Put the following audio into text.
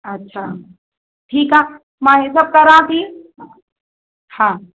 अच्छा ठीकु आहे मां हे सभु कयां थी हा